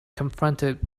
confronted